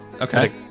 Okay